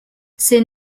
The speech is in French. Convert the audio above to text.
ces